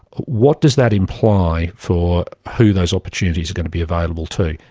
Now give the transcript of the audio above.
what does that imply for who those opportunities are going to be available to?